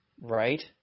Right